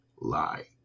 lie